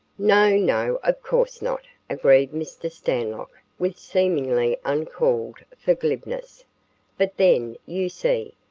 no, no, of course not, agreed mr. stanlock with seemingly uncalled for glibness but then, you see,